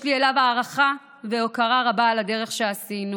יש לי אליו הערכה והוקרה רבה על הדרך שעשינו,